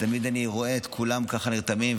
תמיד אני רואה את כולם ככה נרתמים,